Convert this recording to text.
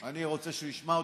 אני רוצה שהוא ישמע אותי.